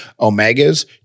omegas